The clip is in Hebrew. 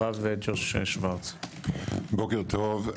בוקר טוב.